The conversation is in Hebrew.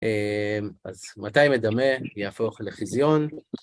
אז מתי מדמה יהפוך לחיזיון?